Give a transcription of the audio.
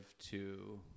to-